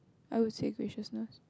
I would say graciousness